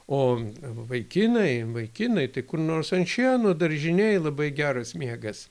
o vaikinai vaikinai tai kur nors ant šieno daržinėj labai geras miegas